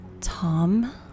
Tom